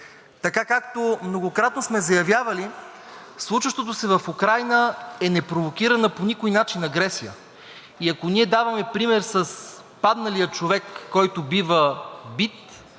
Така, както многократно сме заявявали, случващото се в Украйна, е непровокирана по никой начин агресия и ако ние даваме пример с падналия човек, който бива бит,